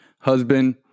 husband